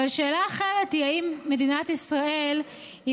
אבל שאלה אחרת היא האם מדינת ישראל היא